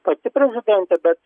pati prezidentė bet